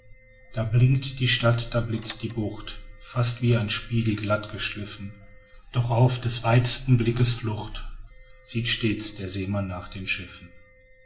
da blinkt die stadt da blitzt die bucht fast wie ein spiegel glatt geschliffen doch auf des weitsten blickes flucht sieht stets der seemann nach den schiffen